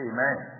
Amen